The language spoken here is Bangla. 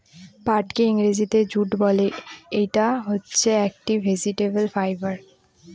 পাটকে ইংরেজিতে জুট বলে, ইটা হচ্ছে একটি ভেজিটেবল ফাইবার